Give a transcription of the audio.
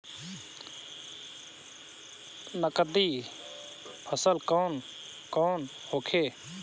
नकदी फसल कौन कौनहोखे?